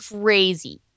crazy